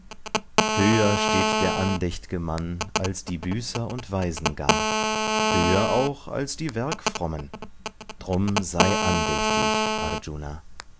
höher steht der andächt'ge mann als die büßer und weisen gar höher auch als die werkfrommen drum sei andächtig arjuna